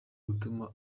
gutuma